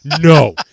no